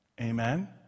Amen